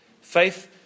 Faith